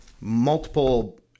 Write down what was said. multiple